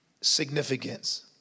significance